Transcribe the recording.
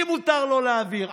למי מותר לו להעביר?